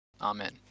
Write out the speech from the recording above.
Amen